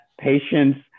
patients